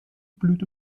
blüht